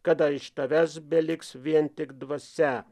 kada iš tavęs beliks vien tik dvasia